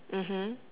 mmhmm